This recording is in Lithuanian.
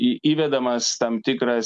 į įvedamas tam tikras